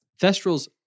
Thestrals